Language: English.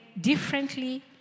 differently